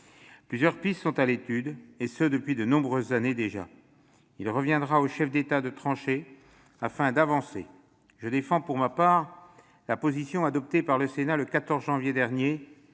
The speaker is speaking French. Plusieurs pistes sont à l'étude, et ce depuis de nombreuses années déjà. Il reviendra aux chefs d'État de trancher afin d'avancer. Je défends, pour ma part, la position, adoptée par le Sénat le 14 janvier dernier,